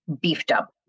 beefed-up